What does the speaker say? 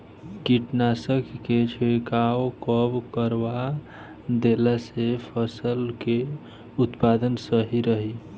कीटनाशक के छिड़काव कब करवा देला से फसल के उत्पादन सही रही?